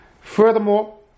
Furthermore